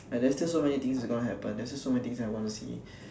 and there's still so many things that gonna happen there's so many things I want to see